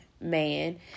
man